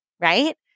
right